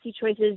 choices